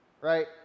right